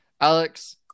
Alex